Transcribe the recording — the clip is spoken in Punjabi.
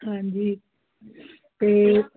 ਹਾਂਜੀ ਅਤੇ